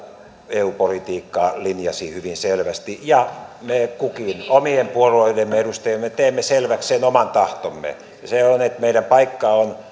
eu politiikkaa linjasi sen hyvin selvästi ja me kukin omien puolueidemme edustajina teemme selväksi sen oman tahtomme ja se on että meidän paikkamme on